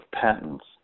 patents